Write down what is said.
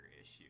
issue